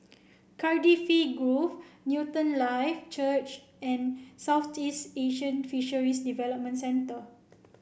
Cardifi Grove Newton Life Church and Southeast Asian Fisheries Development Centre